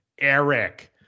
eric